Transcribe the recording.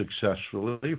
successfully